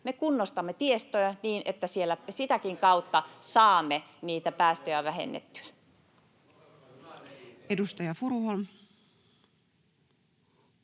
Me kunnostamme tiestöä, niin että sitäkin kautta saamme niitä päästöjä vähennettyä. Edustaja Furuholm.